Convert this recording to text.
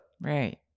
Right